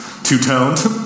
two-toned